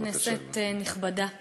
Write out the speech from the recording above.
כנסת נכבדה,